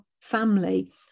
family